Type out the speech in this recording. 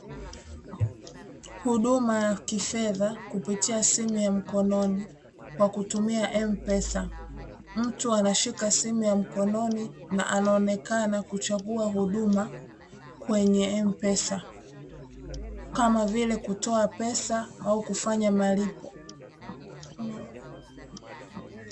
Huduma ya kifedha kupitia simu ya mkononi, kwa kutumia "M-Pesa". Mtu anashika simu ya mkononi na anaonekana kuchagua huduma kwenye "M-Pesa", kama vile kutoa pesa au kufanya malipo.